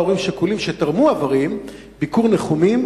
הורים שכולים שתרמו איברים ביקור ניחומים,